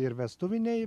ir vestuviniai